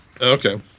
Okay